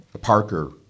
Parker